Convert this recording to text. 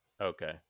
Okay